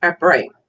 Right